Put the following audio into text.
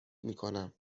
میکنم